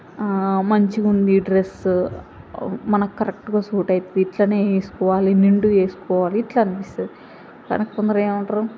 మంచిగా ఉంది ఈ డ్రెస్సు మనకు కరెక్ట్గా సూట్ అవుతుంది ఇట్లనే వేసుకోవాలి నిండుగా వేసుకోవాలి ఇట్లా అనిపిస్తుంది కానీ కొందరు ఏమంటారు